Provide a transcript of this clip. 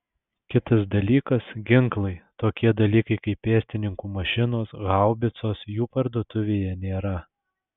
kitas dalykas ginklai tokie dalykai kaip pėstininkų mašinos haubicos jų parduotuvėje nėra